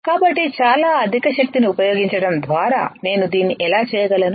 కాబట్టి చాలా అధిక శక్తిని ఉపయోగించడం ద్వారా నేను దీన్ని ఎలా చేయగలను